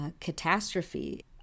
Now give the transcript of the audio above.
catastrophe